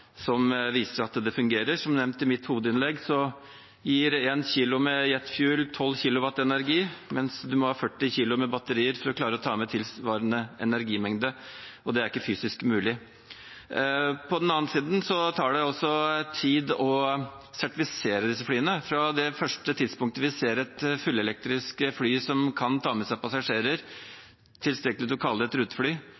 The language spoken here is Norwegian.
som viser at det fungerer. Som nevnt i mitt hovedinnlegg, gir 1 kg med «jet fuel» 12 kWh energi, mens man må ha 40 kg med batterier for å klare å ta med tilsvarende energimengde, og det er ikke fysisk mulig. På den andre siden tar det også tid å sertifisere disse flyene. Fra det første tidspunktet vi ser et fullelektrisk fly som kan ta med seg et tilstrekkelig antall passasjerer